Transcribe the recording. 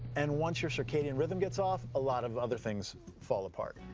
and once your circadian rhythm gets off, a lot of other things fall apart.